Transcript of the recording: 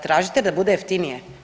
Tražite da bude jeftinije?